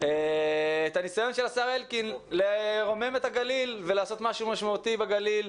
את הניסיון של השר אלקין לרומם את הגליל ולעשות משהו משמעותי בגליל,